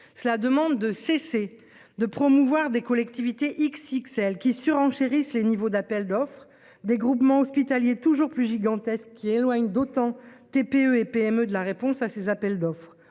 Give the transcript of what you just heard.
Cela demande de cesser de promouvoir des collectivités XXL qui surenchérissent les niveaux d'appel d'offres des groupements hospitaliers toujours plus gigantesques qui éloigne d'autant TPE et PME de la réponse à ces appels d'offres